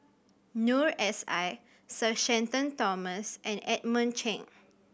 Noor S I Sir Shenton Thomas and Edmund Cheng